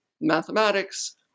mathematics